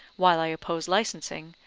while i oppose licensing,